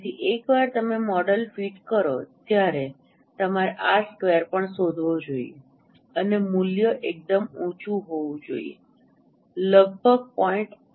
તેથી એકવાર તમે મોડેલ ફિટ કરો ત્યારે તમારે આર સ્ક્વેર પણ શોધવો જોઈએ અને મૂલ્ય એકદમ ઊંચું હોવું જોઈએ લગભગ 0